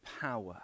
power